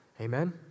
Amen